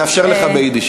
נאפשר לך ביידיש,